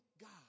God